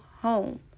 home